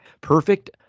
Perfect